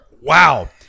Wow